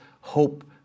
hope